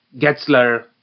Getzler